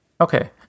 Okay